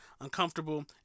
uncomfortable